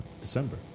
December